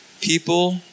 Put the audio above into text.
People